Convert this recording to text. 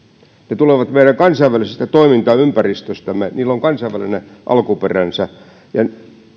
ne tulevat meidän kansainvälisestä toimintaympäristöstämme niillä on kansainvälinen alkuperänsä ja